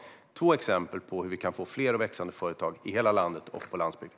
Detta är två exempel på hur vi kan få fler växande företag i hela landet och på landsbygden.